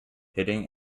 hitting